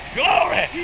glory